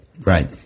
Right